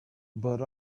but